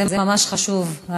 זה ממש חשוב.